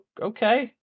okay